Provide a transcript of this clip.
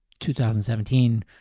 2017